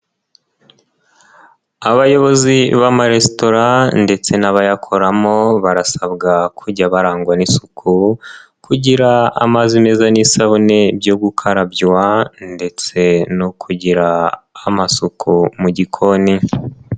Abayobozi b'amaresitora ndetse n'abayakoramo, barasabwa kujya barangwa n'isuku kugira amazi meza n'isabune byo gukarabyaywa ndetse no kugira amasuku mu gikoni.